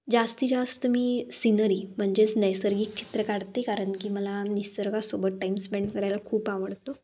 जास्ती जास्त मी सीनरी म्हणजेच नैसर्गिक चित्र काढते कारण की मला निसर्गासोबत टाईम स्पेंड करायला खूप आवडतो